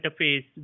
interface